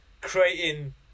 creating